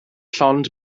llond